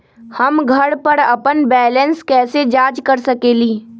हम घर पर अपन बैलेंस कैसे जाँच कर सकेली?